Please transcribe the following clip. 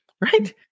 right